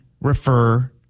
refer